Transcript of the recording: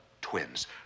twins